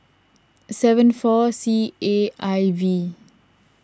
seven four C A I V